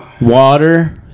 water